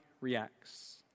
reacts